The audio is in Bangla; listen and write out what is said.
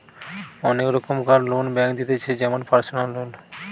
অনেক রোকমকার লোন ব্যাঙ্ক দিতেছে যেমন পারসনাল লোন